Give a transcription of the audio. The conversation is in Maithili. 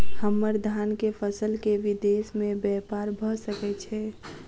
हम्मर धान केँ फसल केँ विदेश मे ब्यपार भऽ सकै छै?